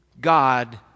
God